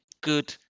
good